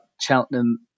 Cheltenham